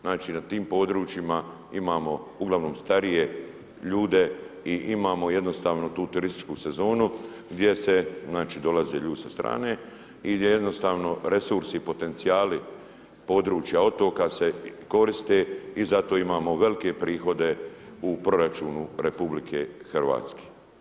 Znači nad tim područjima imamo uglavnom starije ljude i imamo jednostavno tu turističku sezonu gdje znači dolaze ljudi sa srane i gdje jednostavno resursi, potencijal područja otoka se koriste i zato imamo velike prihode u proračunu RH.